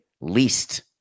least